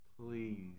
please